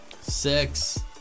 Six